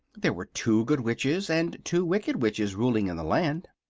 there were two good witches and two wicked witches ruling in the land.